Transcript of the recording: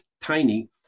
tiny